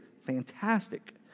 Fantastic